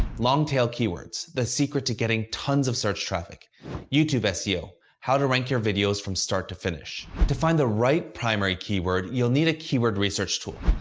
long-tail keywords the secret to getting tons of search traffic youtube seo how to rank your videos from start to finish to find the right primary keyword, you'll need a keyword research tool.